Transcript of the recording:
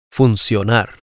funcionar